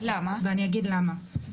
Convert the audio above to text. ואני אגיד למה.